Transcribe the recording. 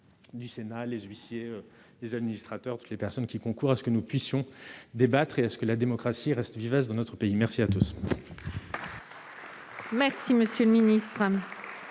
du Sénat les huissiers, les administrateurs de toutes les personnes qui concourent à ce que nous puissions débattre et à ce que la démocratie reste vivace dans notre pays, merci à tous. Merci monsieur le ministre.